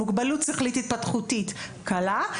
עם מוגבלות שכלית התפתחותית קלה,